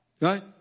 Right